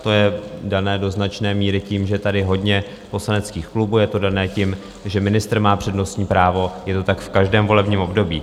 To je dané do značné míry tím, že je tady hodně poslaneckých klubů, je to dané tím, že ministr má přednostní právo, je to tak v každém volebním období.